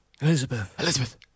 Elizabeth